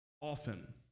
often